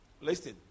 Listen